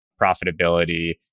profitability